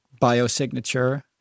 biosignature